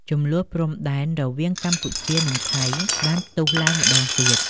ជម្លោះព្រំដែនរវាងកម្ពុជានិងថៃបានផ្ទុះឡើងម្ដងទៀត។